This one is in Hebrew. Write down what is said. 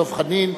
דב חנין.